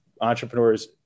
entrepreneurs